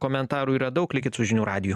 komentarų yra daug likit su žinių radiju